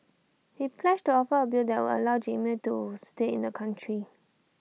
he pledged to offer A bill that would allow Jamal to stay in the country